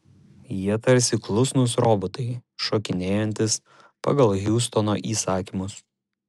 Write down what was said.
jie tarsi klusnūs robotai šokinėjantys pagal hiustono įsakymus